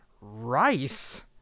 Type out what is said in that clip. rice